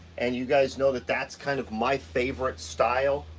and you guys know that that's kind of my favorite style,